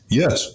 yes